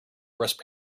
brisk